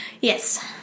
yes